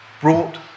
brought